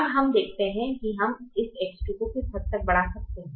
अब हम देखते हैं कि हम इस X2 को किस हद तक बढ़ा सकते हैं